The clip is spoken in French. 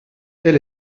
elle